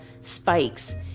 spikes